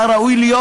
אתה ראוי להיות,